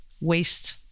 waste